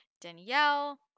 Danielle